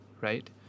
right